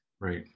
Right